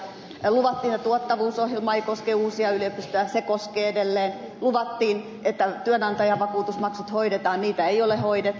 luvattiin että tuottavuusohjelma ei koske uusia yliopistoja se koskee edelleen luvattiin että työnantajavakuutusmaksut hoidetaan niitä ei ole hoidettu